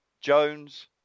Jones